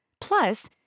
Plus